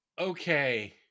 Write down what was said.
okay